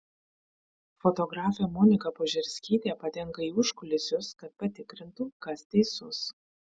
fotografė monika požerskytė patenka į užkulisius kad patikrintų kas teisus